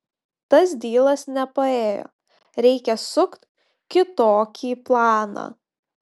tas dylas nepaėjo reikia sukt kitokį planą